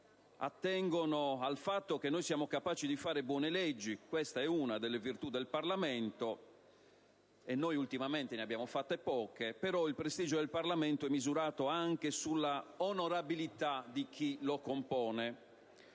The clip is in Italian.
attengono al fatto che noi siamo capaci di fare buone leggi. Questa è una delle virtù del Parlamento e noi ultimamente ne abbiamo fatte poche, di buone leggi. Però il prestigio del Parlamento è misurato anche sulla onorabilità di chi lo compone.